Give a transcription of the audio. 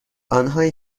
آنهایی